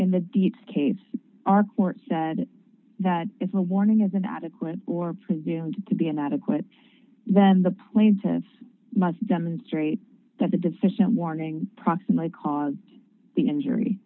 in the deets case our court said that if a warning is inadequate or presumed to be inadequate then the maintenance must demonstrate that the deficient warning proximate cause the injury